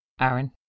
Aaron